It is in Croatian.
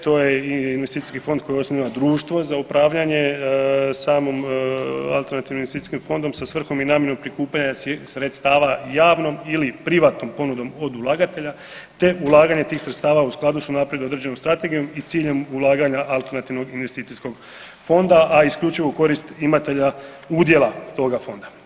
To je investicijski fond koji osniva društvo za upravljanje samom alternativnim investicijskim fondom sa svrhom i namjenom prikupljanja sredstava javnom ili privatnom ponudom od ulagatelja te ulaganje tih sredstava u skladu s unaprijed određenom strategijom i ciljem ulaganja alternativnog investicijskog fonda, a isključivu korist imatelja udjela toga fonda.